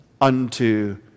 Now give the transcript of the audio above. unto